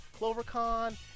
CloverCon